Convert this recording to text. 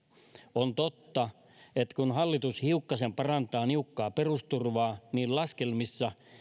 on totta että kun hallitus hiukkasen parantaa niukkaa perusturvaa niin laskelmissa